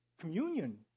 Communion